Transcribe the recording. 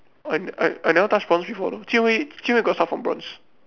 I I I never touch bronze before though Jian-Hui Jian-Hui got start from bronze